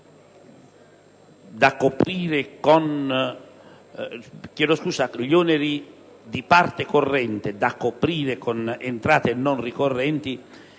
quanto riguarda gli oneri di parte corrente da coprire con entrate non ricorrenti,